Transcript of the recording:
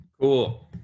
Cool